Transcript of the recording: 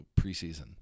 preseason